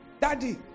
Daddy